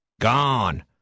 Gone